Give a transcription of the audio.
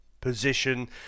position